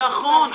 נכון.